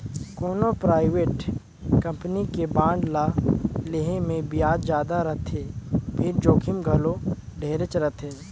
कोनो private company के bond ल लेहे मे बियाज जादा रथे फिर जोखिम घलो ढेरेच रथे